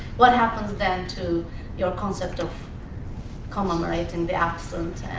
what happens then to your concept of commemorating the absent?